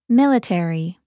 military